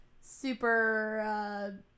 super